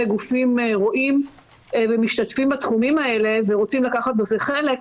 גופים רואים ומשתתפים בתחומים האלה ורוצים לקחת בזה חלק,